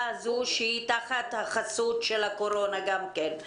הזאת שהיא תחת החסות של הקורונה גם כן.